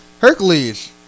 Hercules